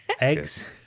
Eggs